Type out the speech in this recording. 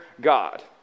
God